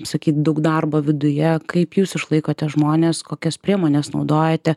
sakei daug darbo viduje kaip jūs išlaikote žmones kokias priemones naudojate